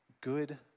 good